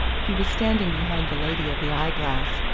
he was standing behind the lady of the eye-glass,